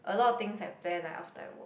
a lot of things I plan like after I work